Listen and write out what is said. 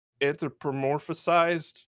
anthropomorphized